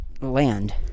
land